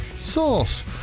Sauce